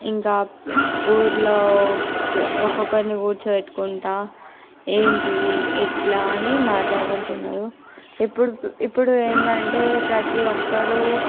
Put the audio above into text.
ఇంకా ఊర్లో ఒక్కొక్కరిని కూర్చోబెట్టుకుంటా ఏంటిది ఎట్లా అని మాట్లాడుకుంటున్నారు ఇప్పుడు ఇప్పుడు ఏందంటే ప్రతి ఒక్కరు